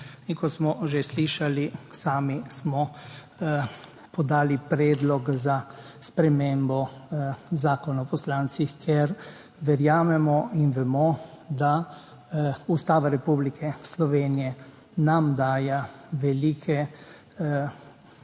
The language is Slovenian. Kot smo že slišali, smo sami podali predlog za spremembo Zakona o poslancih, ker verjamemo in vemo, da nam Ustava Republike Slovenije daje velike,